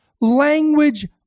language